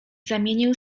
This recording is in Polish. zamienił